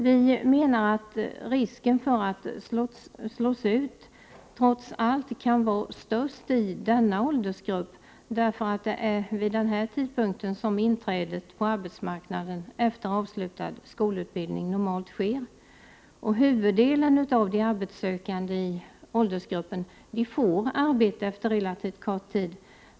Vi menar att risken för att slås ut trots allt kan vara störst i denna åldersgrupp, därför att det är vid den här tidpunkten som inträdet på arbetsmarknaden efter avslutad skolutbildning normalt sker. Huvuddelen av de arbetssökande i åldersgruppen får arbete efter relativt kort tid.